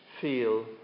feel